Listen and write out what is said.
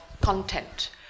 content